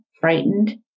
frightened